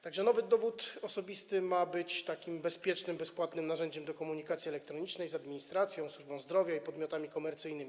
Tak że nowy dowód osobisty ma być takim bezpiecznym, bezpłatnym narzędziem do komunikacji elektronicznej z administracją, służbą zdrowia i podmiotami komercyjnymi.